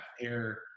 air